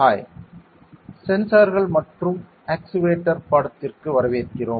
hi சென்சார்கள் மற்றும் actuator பாடத்திற்கு வரவேற்கிறோம்